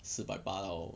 四百八 liao